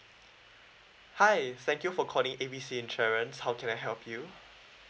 hi thank you for calling A B C insurance how can I help you